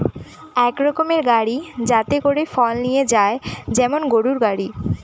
এক রকমের গাড়ি যাতে করে ফল নিয়ে যায় যেমন গরুর গাড়ি